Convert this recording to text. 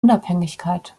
unabhängigkeit